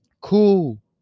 Cool